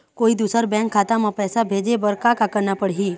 कोई दूसर बैंक खाता म पैसा भेजे बर का का करना पड़ही?